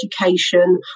education